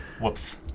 Whoops